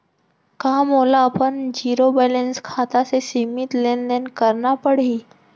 का मोला अपन जीरो बैलेंस खाता से सीमित लेनदेन करना पड़हि?